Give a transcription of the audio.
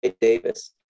Davis